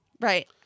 Right